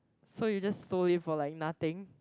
so you just stole it for like nothing